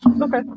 Okay